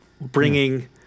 bringing